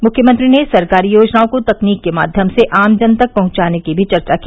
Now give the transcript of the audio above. मुख्यमंत्री ने सरकारी योजनाओं को तकनीक के माध्यम से आम जन तक पहुंचाने की चर्चा भी की